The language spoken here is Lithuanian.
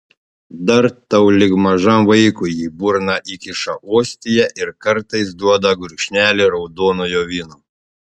dar tau lyg mažam vaikui į burną įkiša ostiją ir kartais duoda gurkšnelį raudonojo vyno